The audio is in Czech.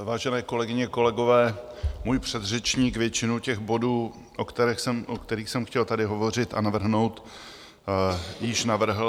Vážené kolegyně, kolegové, můj předřečník většinu bodů, o kterých jsem chtěl tady hovořit a navrhnout, již navrhl.